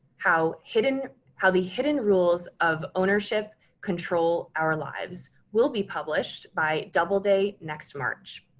how hidden. how the hidden rules of ownership control our lives will be published by double date next march.